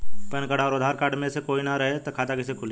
Pan card आउर Aadhaar card मे से कोई ना रहे त खाता कैसे खुली?